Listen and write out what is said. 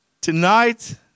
Tonight